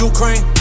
Ukraine